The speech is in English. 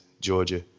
Georgia